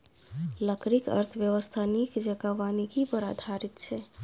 लकड़ीक अर्थव्यवस्था नीक जेंका वानिकी पर आधारित छै